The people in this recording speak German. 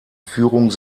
führung